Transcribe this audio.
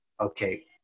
okay